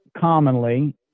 commonly